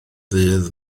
ddydd